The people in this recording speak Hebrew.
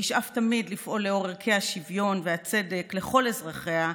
תשאף תמיד לפעול לאור ערכי השוויון והצדק לכל אזרחיה,